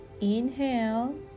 Inhale